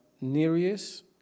Nereus